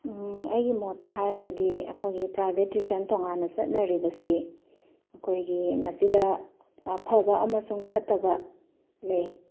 ꯎꯝ ꯑꯩꯒꯤ ꯃꯣꯠꯇ ꯍꯥꯏꯔꯒꯗꯤ ꯑꯩꯈꯣꯏꯒꯤ ꯄ꯭ꯔꯥꯏꯚꯦꯠ ꯇ꯭ꯌꯨꯁꯟ ꯇꯣꯡꯉꯥꯟꯅ ꯆꯠꯅꯔꯤꯕꯁꯤ ꯑꯩꯈꯣꯏꯒꯤ ꯃꯁꯤꯗ ꯑꯐꯕ ꯑꯃꯁꯨꯡ ꯐꯠꯇꯕ ꯂꯩ